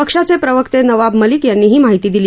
पक्षाचे प्रवक्ते नवाब मलिक यांनी ही माहिती दिली